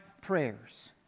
prayers